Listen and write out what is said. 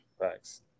Thanks